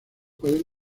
pueden